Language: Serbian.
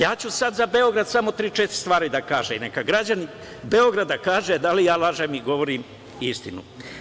Ja ću sad za Beograd samo tri, četiri stvari da kažem, neka građani Beograda kažu da li ja lažem ili govorim istinu.